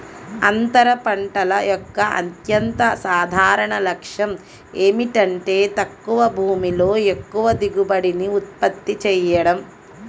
అంతర పంటల యొక్క అత్యంత సాధారణ లక్ష్యం ఏమిటంటే తక్కువ భూమిలో ఎక్కువ దిగుబడిని ఉత్పత్తి చేయడం